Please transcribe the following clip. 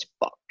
book